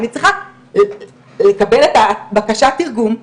אני צריכה לקבל את בקשת התרגום,